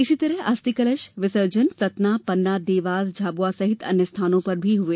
इसी तरह के अस्थि कलश विसर्जन सतना पन्ना देवास झाबुआ सहित अन्य स्थानों पर भी हुए